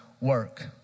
work